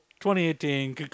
2018